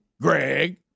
Greg